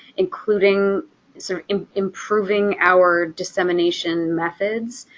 including some improving our dissemination methods.